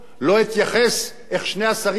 לא אתייחס איך שני השרים הבכירים,